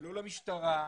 לא למשטרה,